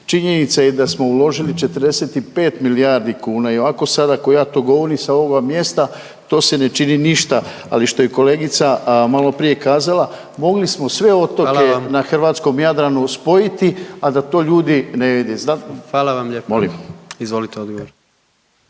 Činjenica je da smo uložili 45 milijardi kuna i ovako sada ako ja to govorim sa ovoga mjesta to se ne čini ništa, ali što je kolegica maloprije kazala mogli smo sve otoke na hrvatskom Jadranu spojiti, a da to ljudi ne vide. **Jandroković, Gordan